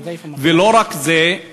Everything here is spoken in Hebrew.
ולא רק זה,